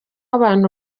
abantu